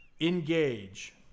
Engage